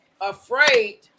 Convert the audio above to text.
afraid